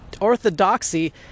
orthodoxy